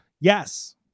Yes